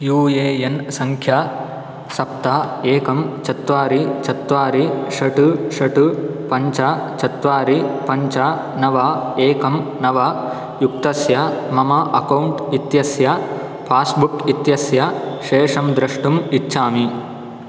you A N सङ्ख्या सप्त एकं चत्वारि चत्वारि षट् षट् पञ्च चत्वारि पञ्च नव एकं नव युक्तस्य मम अकौण्ट् इत्यस्य पास्बुक् इत्यस्य शेषं द्रष्टुम् इच्छामि